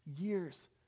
years